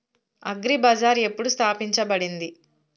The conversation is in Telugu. అగ్రి బజార్ ఎప్పుడు స్థాపించబడింది?